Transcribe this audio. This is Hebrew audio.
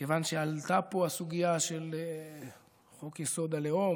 כיוון שעלתה פה הסוגיה של חוק-יסוד: הלאום,